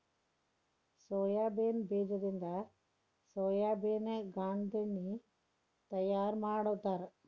soybean ಬೇಜದಿಂದ ಸೋಯಾಬೇನ ಗಾಂದೆಣ್ಣಿ ತಯಾರ ಮಾಡ್ತಾರ